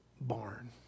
barn